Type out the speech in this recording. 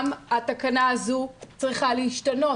גם התקנה הזו צריכה להשתנות,